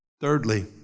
Thirdly